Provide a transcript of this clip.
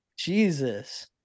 Jesus